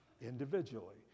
individually